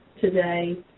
today